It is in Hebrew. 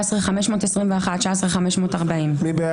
18,601 עד 18,620. --- אצל מי התראיינת?